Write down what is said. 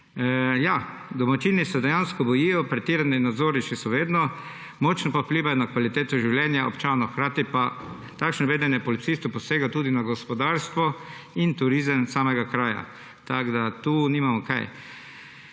Domačini se dejansko bojijo, pretirani nadzori so še vedno, močno pa vplivajo na kvaliteto življenja občanov. Hkrati takšno vedenje policistov posega tudi v gospodarstvo in turizem samega kraja. Tako da tu nimamo kaj.